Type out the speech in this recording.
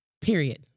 Period